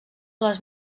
les